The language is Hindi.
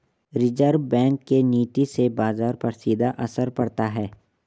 रिज़र्व बैंक के नीति से बाजार पर सीधा असर पड़ता है